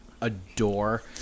adore